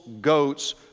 goats